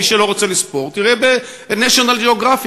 מי שלא רוצה ספורט יראה "נשיונל ג'אוגרפיק".